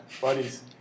Buddies